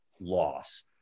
loss